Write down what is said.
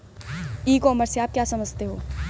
ई commerce से आप क्या समझते हो?